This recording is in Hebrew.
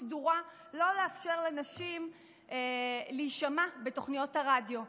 סדורה שלא לאפשר לנשים להישמע בתוכניות הרדיו.